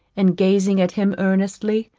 and gazing at him earnestly,